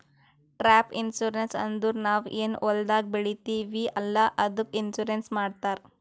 crop insurance ಅಂದುರ್ ನಾವ್ ಏನ್ ಹೊಲ್ದಾಗ್ ಬೆಳಿತೀವಿ ಅಲ್ಲಾ ಅದ್ದುಕ್ ಇನ್ಸೂರೆನ್ಸ್ ಮಾಡ್ತಾರ್